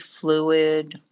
fluid